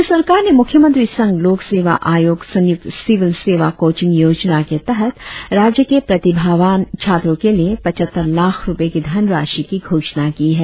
राज्य सरकार नें मुख्यमंत्री संघ लोक सेवा आयोग संयुक्त सिविल सेवा कोंचिंग योजना के तहत राज्य के प्रतिभावान छात्रों के लिए पचहत्तर लाख रुपए की धनराशि की घोषणा की है